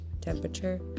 temperature